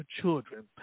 children